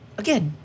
again